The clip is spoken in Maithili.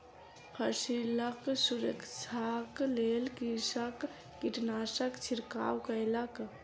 फसिलक सुरक्षाक लेल कृषक कीटनाशकक छिड़काव कयलक